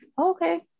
okay